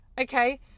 okay